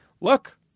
Look